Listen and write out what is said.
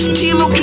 kilo